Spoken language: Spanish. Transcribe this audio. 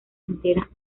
enteras